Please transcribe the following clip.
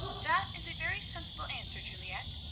that is a very sensible answer, juliette,